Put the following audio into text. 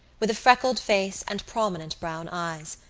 with a freckled face and prominent brown eyes.